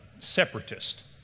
separatist